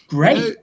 Great